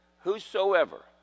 Whosoever